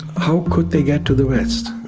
how could they get to the rest?